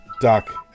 Doc